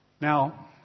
Now